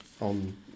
on